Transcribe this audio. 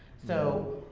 so,